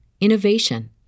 innovation